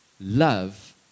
love